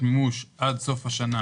מימוש עד חמישה מיליארד ₪ עד סוף השנה.